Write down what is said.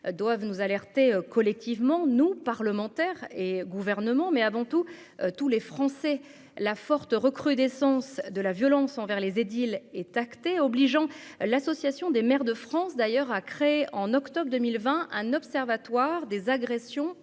doivent nous alerter collectivement nous, parlementaires et gouvernement, mais avant tout, tous les Français la forte recrudescence de la violence envers les édiles est acté, obligeant l'Association des maires de France, d'ailleurs, a créé en octobre 2020, un observatoire des agressions